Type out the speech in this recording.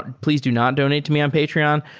please do not donate to me on patreon.